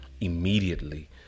immediately